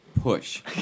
push